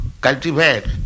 cultivate